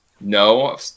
No